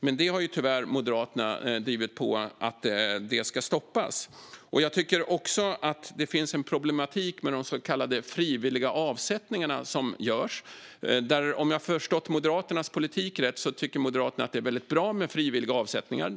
Men Moderaterna har tyvärr drivit på för att de ska stoppas. Det finns en problematik med de så kallade frivilliga avsättningarna som görs. Om jag har förstått Moderaternas politik rätt tycker ni att det är bra med frivilliga avsättningar.